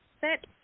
set